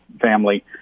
family